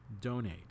donate